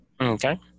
Okay